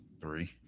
three